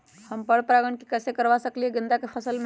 हम पर पारगन कैसे करवा सकली ह गेंदा के फसल में?